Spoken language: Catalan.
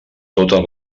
totes